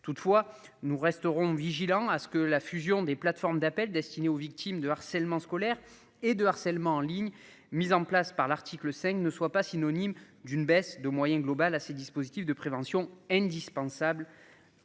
Toutefois, nous resterons vigilants à ce que la fusion des plateformes d'appel destiné aux victimes de harcèlement scolaire et de harcèlement en ligne mise en place par l'article 5 ne soit pas synonyme d'une baisse de moyens global à ces dispositifs de prévention indispensable.